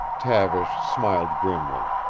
tavish smiled grimly.